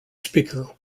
speaker